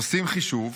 עושים חישוב,